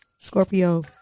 Scorpio